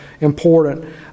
important